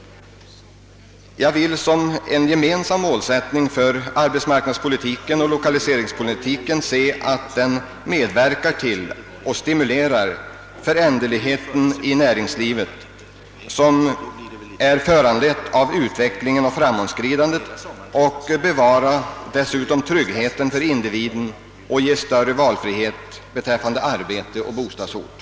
En gemensam målsättning för arbetsmarknadspolitiken och lokaliseringspolitiken är enligt min mening att åtgärderna, som är föranledda av föränderligheten i näringslivet, skall medverka till och stimulera utvecklingen och framåtskridandet, bevara tryggheten för individen och ge större valfrihet i fråga om arbete och bostadsort.